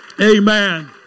amen